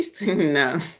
No